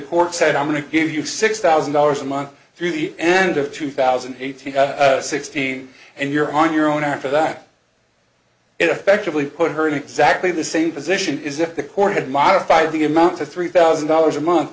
court said i'm going to give you six thousand dollars a month through the end of two thousand eight hundred sixteen and you're on your own after that effectively put her in exactly the same position is if the court had modified the amount to three thousand dollars a month